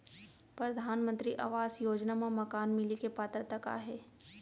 परधानमंतरी आवास योजना मा मकान मिले के पात्रता का हे?